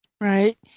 Right